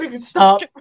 Stop